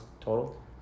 total